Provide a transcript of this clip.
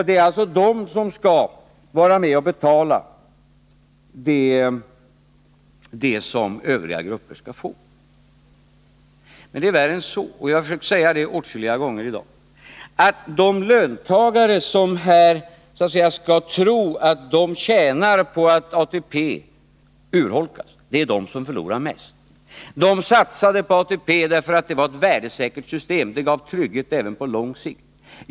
Det är alltså dessa som skall vara med och betala vad övriga grupper skall få. Men det är värre än så, och det har jag fått säga åtskilliga gånger i dag. De löntagare som här skall tro att de tjänar på att ATP urholkas är i själva verket de som förlorar mest. De satsade på ATP därför att det var ett värdesäkert system, som gav trygghet på lång sikt.